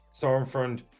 Stormfront